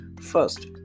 First